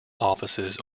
offices